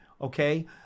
Okay